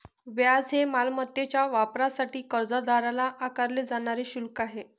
व्याज हे मालमत्तेच्या वापरासाठी कर्जदाराला आकारले जाणारे शुल्क आहे